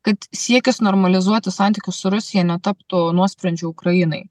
kad siekis normalizuoti santykius su rusija netaptų nuosprendžiu ukrainai